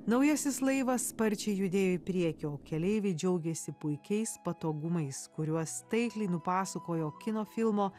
naujasis laivas sparčiai judėjo į priekį o keleiviai džiaugėsi puikiais patogumais kuriuos taikliai nupasakojo kino filmo